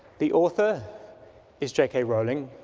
the author is j k. rowling,